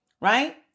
right